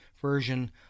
version